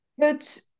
put